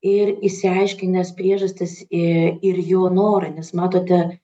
ir išsiaiškinęs priežastis ir jo norą nes matote